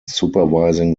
supervising